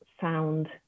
sound